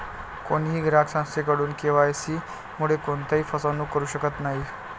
कोणीही ग्राहक संस्थेकडून के.वाय.सी मुळे कोणत्याही फसवणूक करू शकत नाही